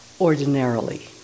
ordinarily